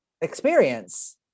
experience